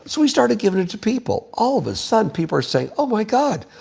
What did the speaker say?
so we started giving it to people. all of a sudden, people are saying, oh, my god,